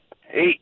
Hey